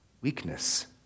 weakness